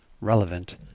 relevant